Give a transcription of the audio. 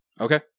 Okay